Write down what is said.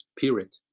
period